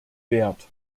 wert